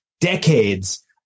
decades